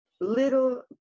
little